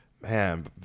man